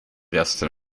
resten